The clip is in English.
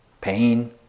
pain